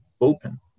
open